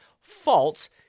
false